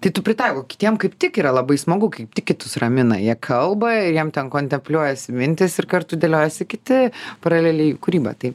tai tu pritaikai o kitiem kaip tik yra labai smagu kaip tik kitus ramina jie kalba ir jiem ten kontempliuojasi mintys ir kartu dėliojasi kiti paraleliai kūryba tai